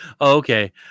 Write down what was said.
Okay